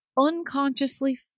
unconsciously